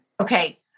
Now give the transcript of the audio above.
Okay